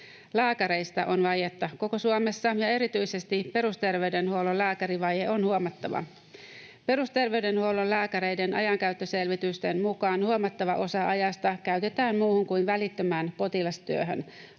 Lääkäreistä on vajetta koko Suomessa, ja erityisesti perusterveydenhuollon lääkärivaje on huomattava. Perusterveydenhuollon lääkäreiden ajankäyttöselvitysten mukaan huomattava osa ajasta käytetään muuhun kuin välittömään potilastyöhön.